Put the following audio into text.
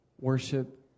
worship